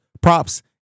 props